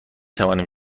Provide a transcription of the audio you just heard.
توانیم